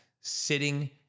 sitting